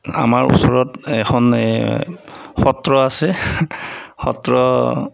আমাৰ ওচৰত এখন সত্ৰ আছে সত্ৰ